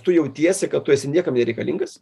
tu jautiesi kad tu esi niekam nereikalingas